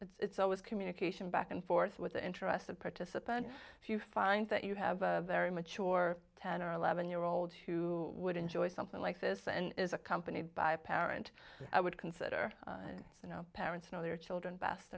all it's always communication back and forth with the interested participant if you find that you have a very mature ten or eleven year old who would enjoy something like this and is accompanied by a parent i would consider you know parents know their children best